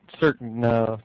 certain